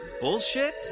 bullshit